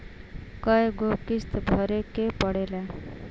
कय गो किस्त भरे के पड़ेला?